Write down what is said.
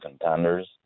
contenders